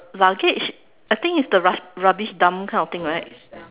luggage I think it is the ru~ rubbish dump kind of thing right